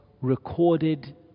recorded